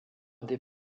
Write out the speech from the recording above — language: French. des